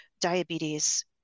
diabetes